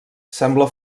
sembla